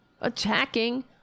Attacking